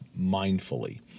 mindfully